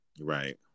Right